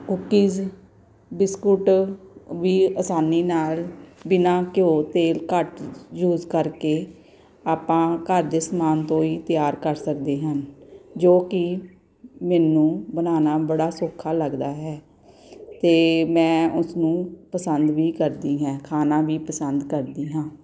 cookies biscuit ਵੀ ਆਸਾਨੀ ਨਾਲ ਬਿਨਾਂ ਘਿਓ ਤੇਲ ਘੱਟ ਯੂਜ ਕਰਕੇ ਆਪਾਂ ਘਰ ਦੇ ਸਮਾਨ ਤੋਂ ਹੀ ਤਿਆਰ ਕਰ ਸਕਦੇ ਹਨ ਜੋ ਕਿ ਮੈਨੂੰ ਬਣਾਉਣਾ ਬੜਾ ਸੌਖਾ ਲੱਗਦਾ ਹੈ ਅਤੇ ਮੈਂ ਉਸਨੂੰ ਪਸੰਦ ਵੀ ਕਰਦੀ ਹੈ ਖਾਣਾ ਵੀ ਪਸੰਦ ਕਰਦੀ ਹਾਂ